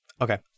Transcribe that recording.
Okay